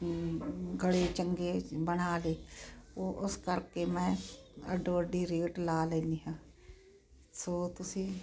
ਗਲੇ ਚੰਗੇ ਬਣਾ ਲਏ ਉਹ ਉਸ ਕਰਕੇ ਮੈਂ ਅੱਡੋ ਅੱਡੀ ਰੇਟ ਲਾ ਲੈਂਦੀ ਹਾਂ ਸੋ ਤੁਸੀਂ